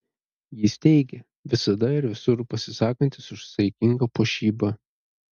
jis teigia visada ir visur pasisakantis už saikingą puošybą